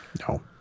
No